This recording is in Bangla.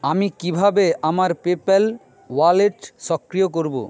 আমি কীভাবে আমার পেপ্যাল ওয়ালেট সক্রিয় করব